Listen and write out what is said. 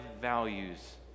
values